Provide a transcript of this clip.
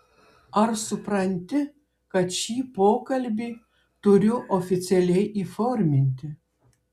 ar supranti kad šį pokalbį turiu oficialiai įforminti